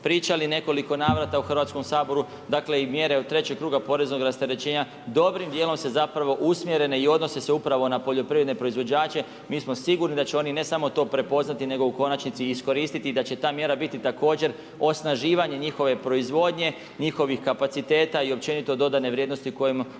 pričali nekoliko navrata u Hrvatskom saboru, dakle i mjere trećeg kruga poreznog rasterećenja dobrim dijelom se zapravo usmjerene i odnose se upravo na poljoprivredne proizvođače, mi smo sigurni da će oni ne samo to prepoznati nego u konačnici i iskoristiti, i da će ta mjera biti također osnaživanje njihove proizvodnje, njihovih kapaciteta i općenito dodane vrijednosti kojim